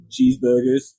cheeseburgers